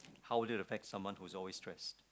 how would it affect someone who is always stress